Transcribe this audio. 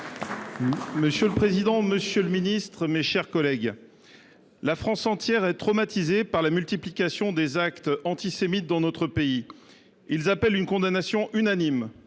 Monsieur le président, monsieur le ministre, mes chers collègues, la France entière est traumatisée par la multiplication des actes antisémites dans notre pays. Ceux ci appellent une condamnation unanime.